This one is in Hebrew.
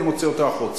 אני מוציא אותו החוצה.